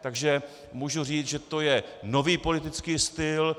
Takže můžu říct, že to je nový politický styl.